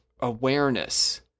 awareness